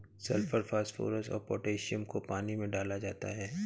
sulphur phosphorus और potassium को पानी में डाला जाता है